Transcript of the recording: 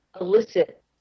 elicit